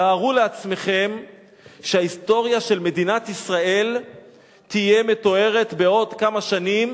תארו לעצמכם שההיסטוריה של מדינת ישראל תהיה מתוארת בעוד כמה שנים